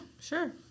sure